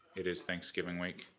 it is thanksgiving week